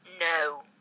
no